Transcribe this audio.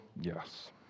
Yes